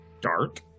dark